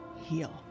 heal